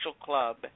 club